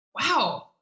wow